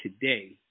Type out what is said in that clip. today